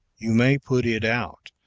you may put it out.